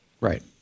Right